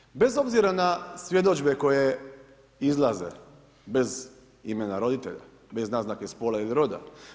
Ukratko, bez obzira na svjedodžbe koje izlaze, bez imena roditelja, bez naznake spola ili roda.